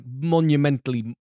monumentally